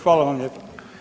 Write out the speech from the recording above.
Hvala vam lijepa.